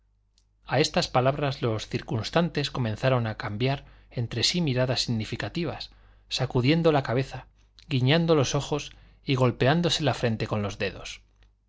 a estas palabras los circunstantes comenzaron a cambiar entre sí miradas significativas sacudiendo la cabeza guiñando los ojos y golpeándose la frente con los dedos